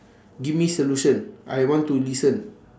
give me solution I want to listen